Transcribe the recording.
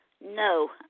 No